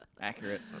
Accurate